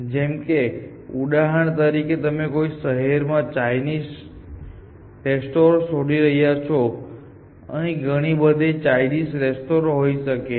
જેમ કે ઉદાહરણ તરીકે તમે કોઈ શહેરમાં ચાઇનીઝ રેસ્ટોરાં શોધી રહ્યા છો અહીં ઘણી બધી ચાઇનીઝ રેસ્ટોરાં હોઈ શકે છે